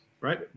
Right